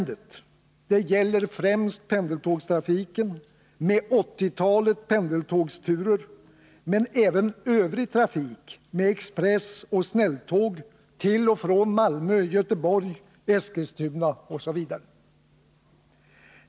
Dade gäller främst pendeltågstrafiken med åttiotalet pendeltågsturer men även övrig trafik med expressoch snälltåg till och från Malmö, Göteborg, Eskilstuna osv.